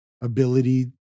ability